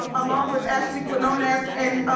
um along with ashley quinonez and.